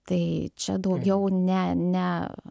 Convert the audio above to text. tai čia daugiau ne ne